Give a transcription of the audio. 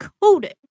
coding